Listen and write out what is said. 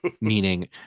Meaning